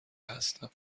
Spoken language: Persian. هستم